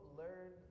learn